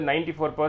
94%